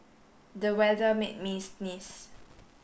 the weather made me sneeze